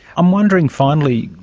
i'm wondering, finally,